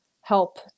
help